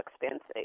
expensive